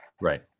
Right